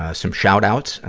ah some shout-outs.